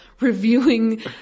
reviewing